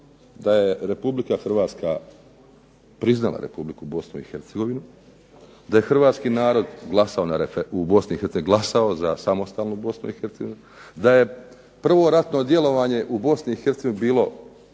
da je Republika Hrvatska priznala Republiku Bosnu i Hercegovinu, da je hrvatski narod glasao u Bosni i Hercegovini glasao za samostalnu Bosnu i Hercegovinu, da je prvo ratno djelovanje u Bosni i Hercegovini bilo